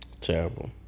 Terrible